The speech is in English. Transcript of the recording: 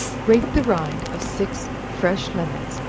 grate the rind of six fresh lemons,